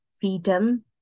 freedom